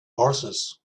horses